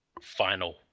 final